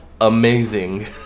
amazing